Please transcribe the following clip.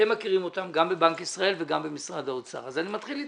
אתם מכירים אותן גם בבנק ישראל וגם במשרד האוצר אז אני מתחיל אתך.